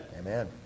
Amen